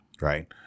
Right